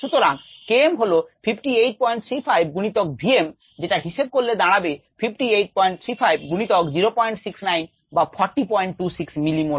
সুতরাং k m হল 5835 গুণিতক v m যেটা হিসেব করলে দাঁড়াবে 5835 গুণিতক 069 বা 4026 মিলিমোলার